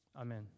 Amen